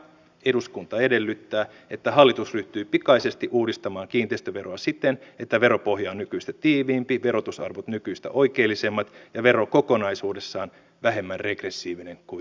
eduskunta edellyttää että hallitus ryhtyy pikaisesti uudistamaan kiinteistöverotusta siten että veropohja on nykyistä tiiviimpi verotusarvot nykyistä oikeellisemmat ja vero kokonaisuudessaan vähemmän regressiivinen kuin nykyisin